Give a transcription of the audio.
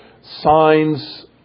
signs